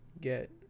get